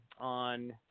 on